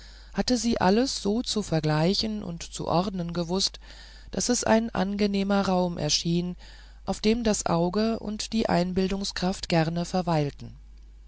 hatte sie alles so zu vergleichen und zu ordnen gewußt daß es ein angenehmer raum erschien auf dem das auge und die einbildungskraft gerne verweilten